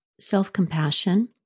self-compassion